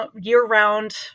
year-round